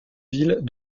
ville